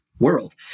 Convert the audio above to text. world